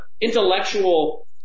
intellectual